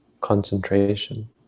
concentration